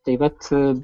tai vat